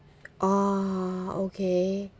oh okay